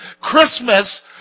Christmas